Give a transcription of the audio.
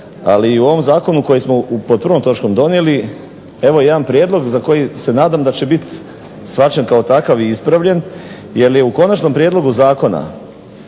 Ali i u ovom Zakonu koji smo pod prvom točkom donijeli evo jedan prijedlog za koji se nadam da će bit shvaćen kao takav i ispravljen, jer je u konačnom prijedlogu zakona